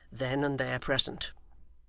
then and there present.